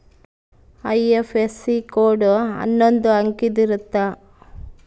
IFSC code ಅನ್ನೊಂದ್ ಅಂಕಿದ್ ಇರುತ್ತ